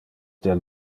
del